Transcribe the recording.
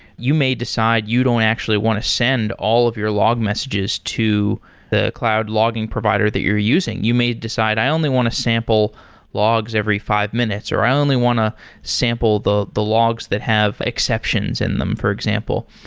you may decide you don't actually want to send all of your log messages to the cloud logging provider that you're using. you may decide, i only want to sample logs every five minutes, or i only want to sample the the logs that have exceptions in them, for example.